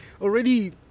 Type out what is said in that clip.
already